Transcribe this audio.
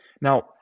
Now